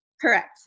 Correct